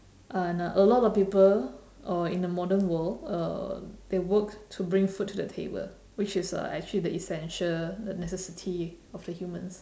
and uh a lot of people or in the modern world uh they work to bring food to the table which is uh actually the essential the necessity of the humans